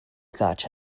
catch